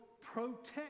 protect